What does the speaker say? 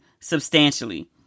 substantially